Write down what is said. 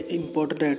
important